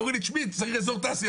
אמרו לי שצריך אזור תעשייה.